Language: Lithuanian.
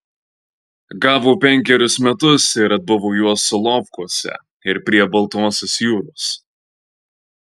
gavo penkerius metus ir atbuvo juos solovkuose ir prie baltosios jūros